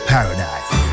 Paradise